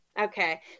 okay